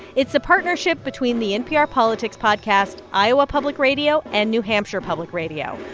it's a partnership between the npr politics podcast, iowa public radio and new hampshire public radio,